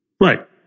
Right